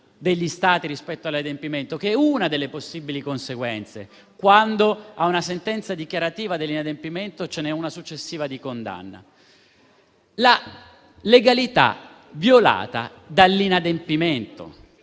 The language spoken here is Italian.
La legalità violata dall'inadempimento: